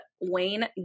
Wayne